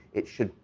it should,